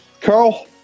Carl